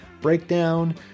breakdown